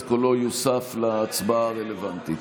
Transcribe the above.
אז קולו יוסף להצבעה הרלוונטית,